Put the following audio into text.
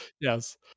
yes